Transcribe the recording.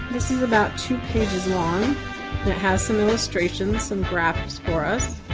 this is about two pages long it has some illustrations, some graphs for us